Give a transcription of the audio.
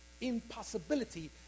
impossibility